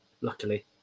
luckily